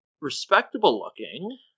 respectable-looking